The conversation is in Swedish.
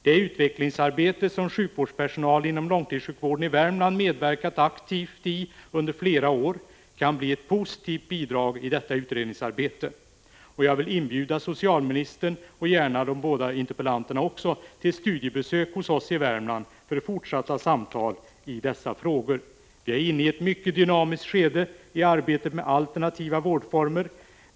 Det utvecklingsarbete som sjukvårdspersonal inom långtidssjukvården i Värmland medverkat aktivt i under flera år kan bli ett positivt bidrag i detta utredningsarbete. Jag vill inbjuda socialministern och gärna de båda interpellanterna också till studiebesök hos oss i Värmland för fortsatta samtal i dessa frågor. Vi är inne i ett mycket dynamiskt skede i arbetet med alternativa vårdformer.